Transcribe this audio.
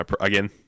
Again